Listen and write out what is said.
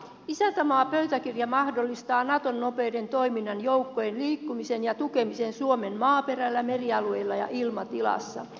isäntämaapöytäkirja mahdollistaa naton nopean toiminnan joukkojen liikkumisen ja tukemisen suomen maaperällä merialueilla ja ilmatilassa